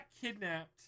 kidnapped